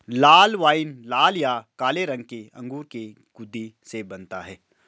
लाल wine लाल या काले रंग के अंगूर के गूदे से बनता है